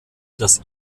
das